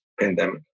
pandemic